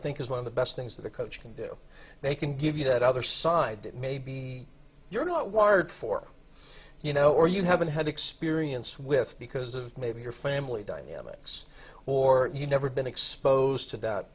think is one of the best things that a coach can do they can give you that other side that maybe you're not wired for you know or you haven't had experience with because of maybe your family dynamics or you never been exposed to that